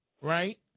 right